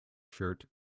shirt